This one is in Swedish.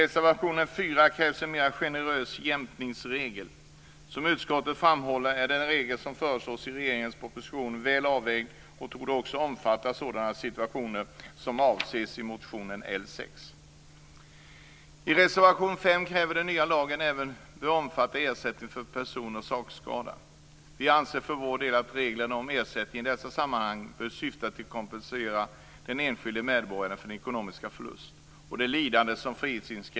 I reservation 4 krävs en mer generös jämkningsregel. Som utskottet framhåller är den regel som föreslås i regeringens proposition väl avvägd och torde också omfatta sådana situationer som avses i motion I reservation 5 krävs att den nya lagen även bör omfatta ersättning för person och sakskada.